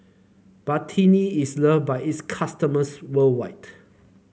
Betadine is loved by its customers worldwide